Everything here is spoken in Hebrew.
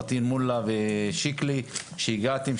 פטין מולא ושיקלי שהגעתם,